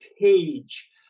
page